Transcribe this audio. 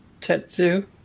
Tetsu